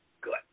Good